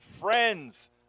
friends